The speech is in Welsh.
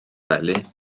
wely